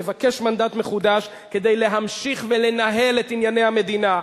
נבקש מנדט מחודש כדי להמשיך ולנהל את ענייני המדינה.